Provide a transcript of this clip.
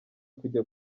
kujya